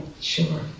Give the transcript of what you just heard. sure